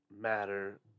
matter